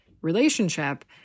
relationship